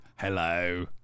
Hello